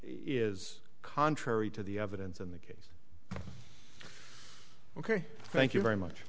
is contrary to the evidence in the case ok thank you very much